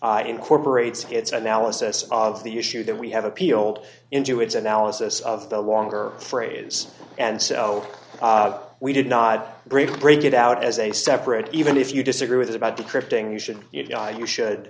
it incorporates its analysis of the issue that we have appealed in to its analysis of the longer phrase and so we did not break break it out as a separate even if you disagree with us about decrypting you should you should